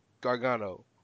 gargano